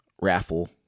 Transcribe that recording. raffle